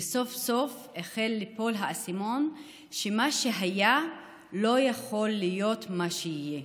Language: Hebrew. וסוף-סוף החל ליפול האסימון שמה שהיה לא יכול להיות מה שיהיה.